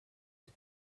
die